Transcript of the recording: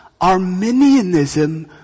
Arminianism